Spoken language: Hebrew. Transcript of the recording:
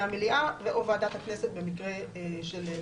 המליאה ו/או ועדת הכנסת במקרה של מחלוקות.